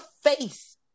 face